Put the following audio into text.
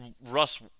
Russ